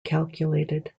calculated